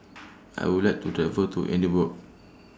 I Would like to travel to Edinburgh